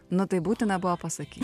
nu tai būtina buvo pasakyt